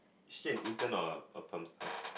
straight intern or a perm staff